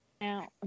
Now